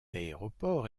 aéroport